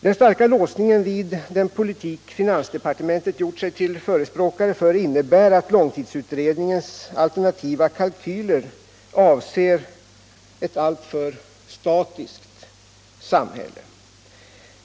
Den starka låsningen vid den politik finansdepartementet gjort sig till förespråkare för innebär att långtidsutredningens alternativa kalkyler avser ett alltför statiskt samhälle.